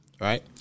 right